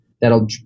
that'll